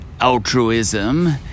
altruism